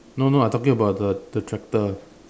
no no I talking about the the tractor